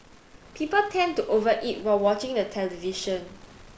people tend to over eat while watching the television